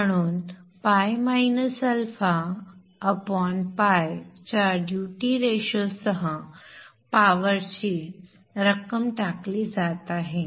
म्हणून ᴨ αᴨ च्या duty ratio सह पॉवरची रक्कम टाकली जात आहे